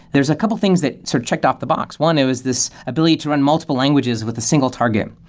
there's a couple things that so checked off the box. one, it was this ability to run multiple languages with a single target.